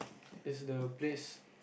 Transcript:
is the place